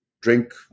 drink